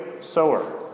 sower